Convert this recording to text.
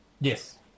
Yes